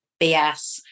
BS